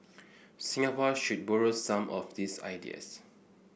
Singapore should borrow some of these ideas